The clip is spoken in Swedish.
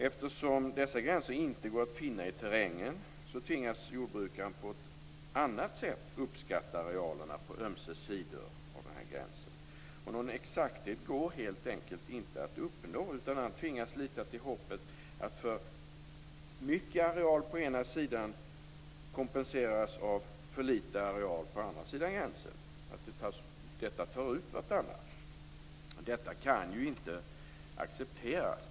Eftersom dessa gränser inte går att finna i terrängen, tvingas jordbrukaren på annat sätt uppskatta arealerna på ömse sidor om den här gränsen. Någon exakthet går helt enkelt inte att uppnå, utan han tvingas lita till hoppet att för mycket areal på ena sidan av gränsen kompenseras av för litet areal på den andra sidan.